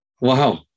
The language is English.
Wow